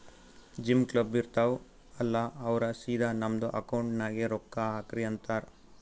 gym, club, ಇರ್ತಾವ್ ಅಲ್ಲಾ ಅವ್ರ ಸಿದಾ ನಮ್ದು ಅಕೌಂಟ್ ನಾಗೆ ರೊಕ್ಕಾ ಹಾಕ್ರಿ ಅಂತಾರ್